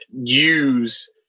use